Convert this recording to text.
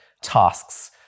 tasks